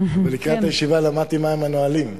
ולקראת הישיבה למדתי מהם הנהלים,